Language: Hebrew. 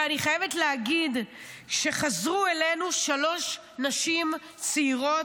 ואני חייבת להגיד שחזרו אלינו שלוש נשים צעירות,